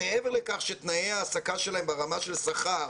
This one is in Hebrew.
מעבר לכך שתנאי ההעסקה שלהם ברמה של שכר